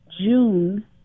June